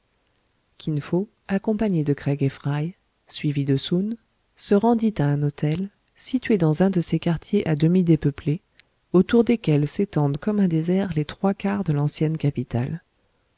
accompagné de craig et fry suivi de soun se rendit à un hôtel situé dans un de ces quartiers à demi dépeuplés autour desquels s'étendent comme un désert les trois quarts de l'ancienne capitale